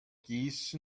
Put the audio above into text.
geese